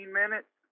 minutes